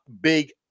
big